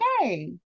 Okay